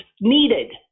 needed